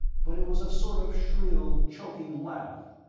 but it was a sort of shrill, choking laugh,